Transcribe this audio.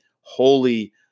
holy